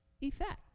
effect